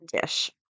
dish